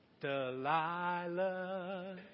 Delilah